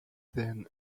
then